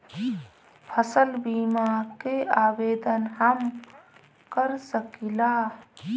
फसल बीमा के आवेदन हम कर सकिला?